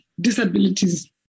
Disabilities